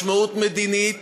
משמעות מדינית,